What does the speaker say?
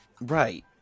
right